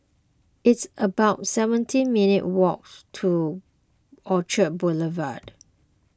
it's about seventeen minutes' walk to Orchard Boulevard